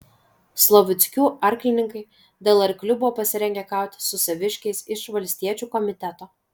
slavuckių arklininkai dėl arklių buvo pasirengę kautis su saviškiais iš valstiečių komiteto